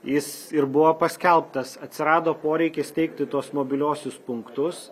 jis ir buvo paskelbtas atsirado poreikis steigti tuos mobiliuosius punktus